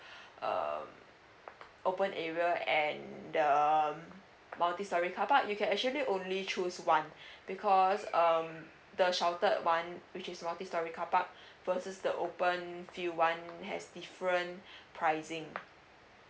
uh open area and the multi storey carpark you can actually only choose one because um the sheltered one which is multi storey carpark versus the open field one has different pricing